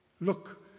Look